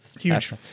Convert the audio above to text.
huge